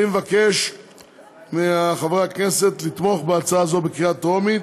אני מבקש מחברי הכנסת לתמוך בהצעה זו בקריאה טרומית,